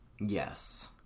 Yes